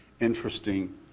interesting